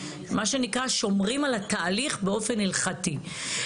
מה שנקרא שומרים על התהליך באופן הלכתי.